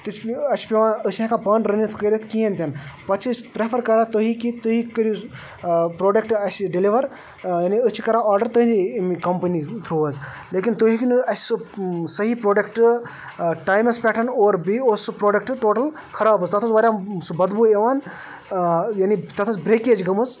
تِژھ پھِ اَسہِ چھِ پٮ۪وان أسۍ چھِ ہٮ۪کان پانہٕ رٔنِتھ کٔرِتھ کِہیٖنۍ تہِ نہٕ پَتہٕ چھِ أسۍ پرٛیفَر کَران تُہی کہِ تُہی کٔریوٗ پرٛوڈَکٹ اَسہِ ڈیلوَر یعنی أسۍ چھِ کران آرڈر تُہنٛدی امہِ کَمپنی تھرٛوٗ حظ لیکن تُہۍ ہیٚکو نہٕ اَسہِ سُہ صحیح پرٛوڈَکٹ ٹایمَس پٮ۪ٹھ اور بیٚیہِ اوس سُہ پرٛوڈَکٹ ٹوٹَل خراب حظ تَتھ اوس واریاہ سُہ بَدبوٗ یِوان یعنی تَتھ ٲس برٛیکیج گٔمٕژ